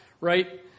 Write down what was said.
Right